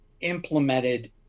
implemented